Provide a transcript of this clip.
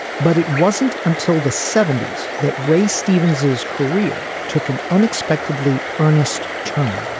but it wasn't until the seventy s that ray stevens's career took an unexpectedly earnest turn